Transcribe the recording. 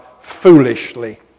foolishly